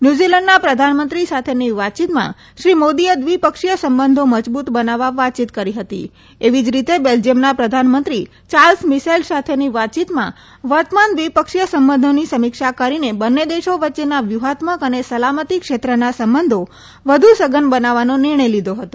ન્યુઝીલેન્ડના પ્રધાનમંત્રી સાથેની વાતચીતમાં શ્રી મોદીએ દ્વિપક્ષીય સંબંધો મજબૂત બનાવવા વાતચીત કરી હતી એવી જ રીતે બેલ્જીથમના પ્રધાનમંત્રી યાર્લ્સ મિસેલ સાથેની વાતચીતમાં વર્તમાન દ્વિપક્ષીય સંબંધોની સમીક્ષા કરીને બંને દેશો વચ્ચેના વ્યુહાત્મક અને સલામતી ક્ષેત્રના સંબંધો વધુ સઘન બનાવવાનો નિર્ણય લીધો હતો